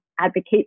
advocate